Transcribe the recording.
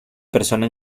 persona